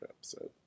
episode